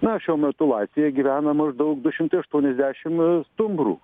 na šiuo metulaisvėje gyvena maždaug du šimtai aštuoniasdešim stumbrų